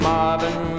Marvin